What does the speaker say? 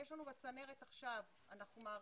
יש לנו בצנרת עכשיו, אנחנו מעריכים,